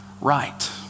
right